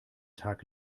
tag